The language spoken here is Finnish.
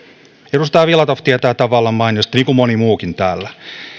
edustaja filatov tietää tämän vallan mainiosti niin kuin moni muukin täällä